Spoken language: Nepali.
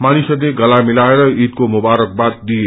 मानिसहस्ले गला मिलाएर ईदस्रो मुबारकबाद दिए